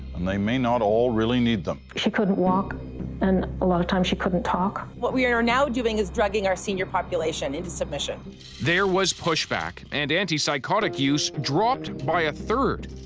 and they may not all really need them. she couldn't walk and a lot of times she couldn't talk. what we are now doing is drugging our senior population into submission. david there was push back and anti-psychotic use dropped by a third.